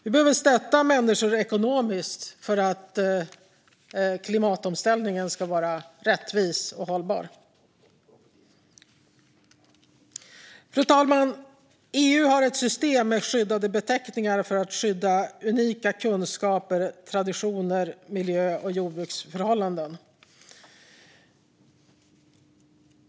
Vi behöver stötta människor ekonomiskt för att klimatomställningen ska vara rättvis och hållbar. Fru talman! EU har ett system med skyddade beteckningar för att skydda unika kunskaper, traditioner och miljö och jordbruksförhållanden.